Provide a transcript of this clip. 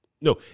No